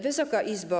Wysoka Izbo!